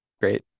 great